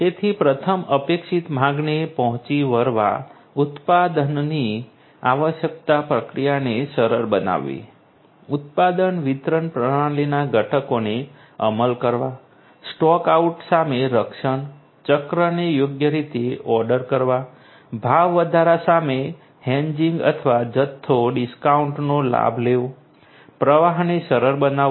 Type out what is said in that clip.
તેથી પ્રથમ અપેક્ષિત માંગને પહોંચી વળવા ઉત્પાદનની આવશ્યકતા પ્રક્રિયાને સરળ બનાવવી ઉત્પાદન વિતરણ પ્રણાલીના ઘટકોને અલગ કરવા સ્ટોક આઉટ સામે રક્ષણ ચક્રને યોગ્ય રીતે ઓર્ડર કરવા ભાવ વધારા સામે હેજિંગ અથવા જથ્થો ડિસ્કાઉન્ટનો લાભ લેવો પ્રવાહને સરળ બનાવવો